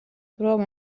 prom